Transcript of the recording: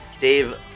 Dave